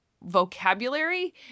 vocabulary